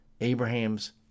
Abraham's